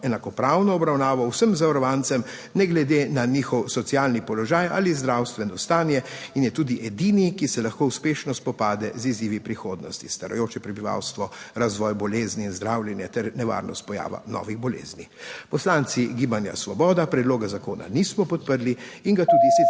enakopravno obravnavo vsem zavarovancem, ne glede na njihov socialni položaj ali zdravstveno stanje. In je tudi edini, ki se lahko uspešno spopade z izzivi prihodnosti: starajoče prebivalstvo, razvoj bolezni in zdravljenje ter nevarnost pojava novih bolezni. Poslanci Gibanja Svoboda predloga zakona nismo podprli in ga tudi sicer